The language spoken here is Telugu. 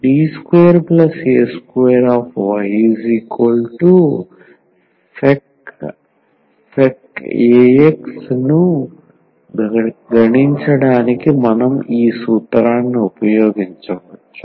D2a2ysec ax ను గణించడానికి మనం ఈ సూత్రాన్ని ఉపయోగించవచ్చు